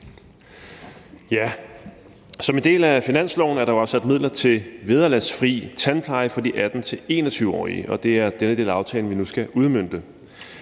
Som en del af finansloven er der jo afsat midler til vederlagsfri tandpleje for de 18-21-årige, og det er denne del af aftalen, vi nu skal udmønte.